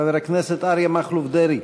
חבר הכנסת אריה מכלוף דרעי,